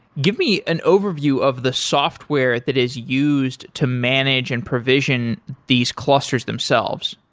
give me an overview of the software that is used to manage and provision these clusters themselves.